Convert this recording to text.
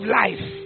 life